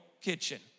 kitchen